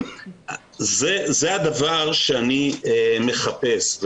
זה הדבר שאני מחפש.